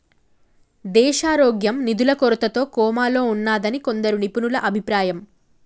దేశారోగ్యం నిధుల కొరతతో కోమాలో ఉన్నాదని కొందరు నిపుణుల అభిప్రాయం